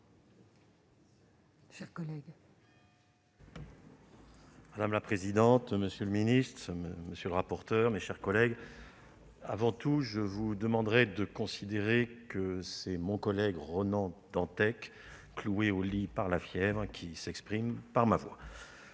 Madame la présidente, monsieur le ministre, mes chers collègues, je vous demanderai de considérer que c'est mon collègue Ronan Dantec, cloué au lit par la fièvre, qui s'exprime par ma voix.